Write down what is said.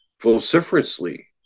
vociferously